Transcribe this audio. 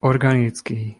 organický